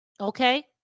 Okay